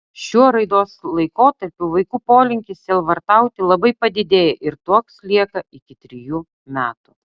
šiuo raidos laikotarpiu vaikų polinkis sielvartauti labai padidėja ir toks lieka iki trejų metų